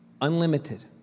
unlimited